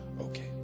okay